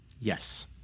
Yes